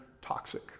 toxic